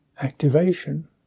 activation